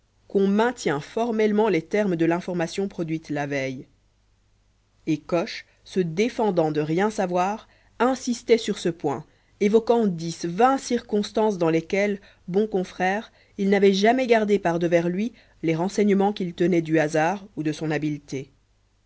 qu'on maintient formellement les termes de l'information produite la veille et coche se défendant de rien savoir insistait sur ce point évoquant dix vingt circonstances dans lesquelles bon confrère il n'avait jamais gardé par devers lui les renseignements qu'il tenait du hasard ou de son habileté